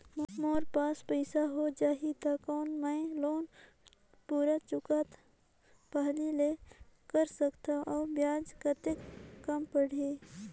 मोर पास पईसा हो जाही त कौन मैं लोन पूरा चुकता पहली ले कर सकथव अउ ब्याज कतेक कम पड़ही?